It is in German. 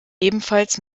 ebenfalls